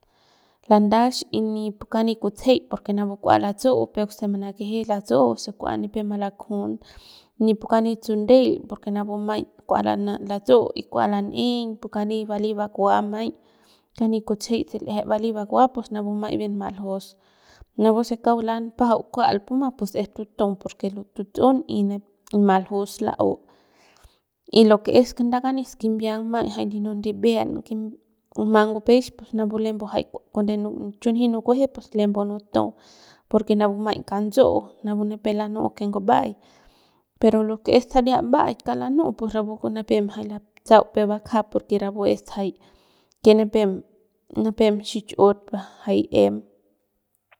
Landach ni pu kani kutsejey porque napu kua latsu'u peuk se manakeje natsu'u si kua nipep malakujun ni pu kani tsundeil porque napu maiñ kua latsu'u y kua lan'eiñ y pu kani vali bakua maiñ kani kutsejei se l'eje vali bukua pus napu maiñ bien maljus napu se kauk lapajau kual puma es tutu porque tutsu'n y maljus lau y lo que es nda kani skimbiang maiñ yino ndibie'en ma ngupex pus napu lembu jay cuando chunji nukueje pus lembu nutu porque napu maiñ kantsu'u napu nipem lanu'u ke nguba'ay pero lo que es saria mba'aik kauk lanu'u pus rapu nipep mgajay latsau peuk bakja porque rapu jay nipen nipep xich'ut jay em.